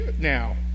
now